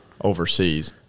overseas